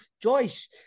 Joyce